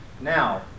Now